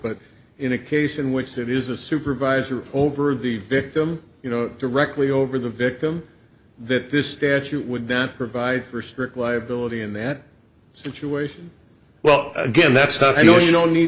but in a case in which it is a supervisor over the victim you know directly over the victim that this statute would not provide for strict liability in that situation well again that's not i know you don't need